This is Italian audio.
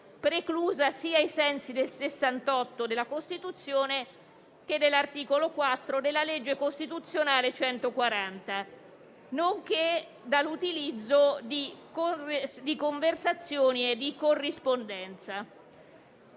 preclusa sia i sensi dell'articolo 68 della Costituzione che dell'articolo 4 della legge costituzionale n. 140 del 2003, nonché dall'utilizzo di conversazioni e di corrispondenza.